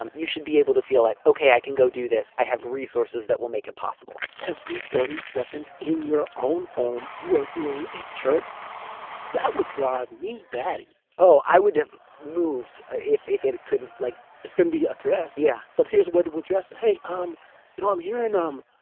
um you should be able to feel like, okay, i can go do this i have resources that will make it possible every thirty seconds in your own home you are hearing a chirp that would drive me batty. oh, i would have moved if if it it couldn't like it can be addressed. yeah, but here's where it will address. hey. um you know, i'm here and um.